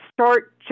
start